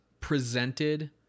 presented